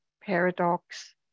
paradox